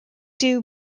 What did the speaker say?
doo